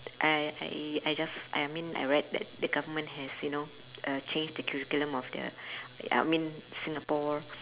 I I I just I mean I read that the government has you know uh changed the curriculum of the I mean singapore